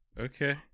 Okay